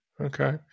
Okay